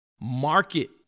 market